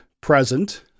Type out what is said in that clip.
present